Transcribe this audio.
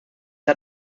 hat